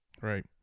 Right